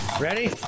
Ready